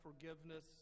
forgiveness